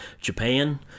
Japan